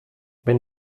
wenn